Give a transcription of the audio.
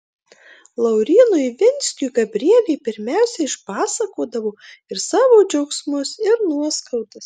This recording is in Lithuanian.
laurynui ivinskiui gabrielė pirmiausia išpasakodavo ir savo džiaugsmus ir nuoskaudas